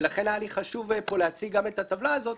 ולכן היה לי חשוב פה להציג גם את הטבלה הזאת.